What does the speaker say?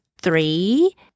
three